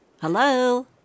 Hello